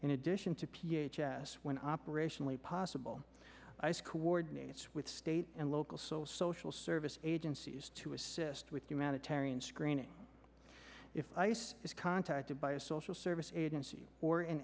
in addition to p h s when operationally possible ice coordinates with state and local so social service agencies to assist with humanitarian screening if ice is contacted by a social service agency or